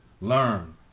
learn